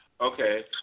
Okay